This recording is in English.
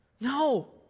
no